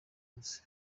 buze